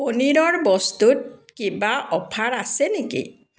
পনীৰৰ বস্তুত কিবা অফাৰ আছে নেকি